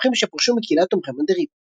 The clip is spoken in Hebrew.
ותומכים שפרשו מקהילת תומכי מנדריבה.